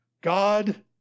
God